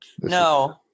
No